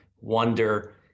wonder